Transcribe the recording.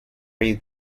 ray